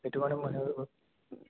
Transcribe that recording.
সেইটো কাৰণে মই আৰু